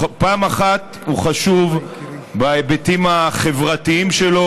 מצד אחד הוא חשוב בהיבטים החברתיים שלו,